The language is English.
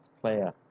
player